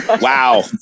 Wow